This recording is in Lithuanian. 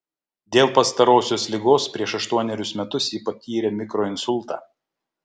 dėl pastarosios ligos prieš aštuonerius metus ji patyrė mikroinsultą